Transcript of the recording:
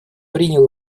принял